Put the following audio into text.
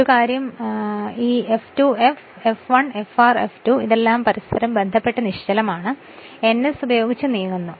ഒരു കാര്യം ഉണ്ട് ഈ F2 F ഈ F1 Fr F2 എല്ലാം പരസ്പരം ബന്ധപ്പെട്ട് നിശ്ചലമാണ് ഇതും ns ഉപയോഗിച്ച് നീങ്ങുന്നു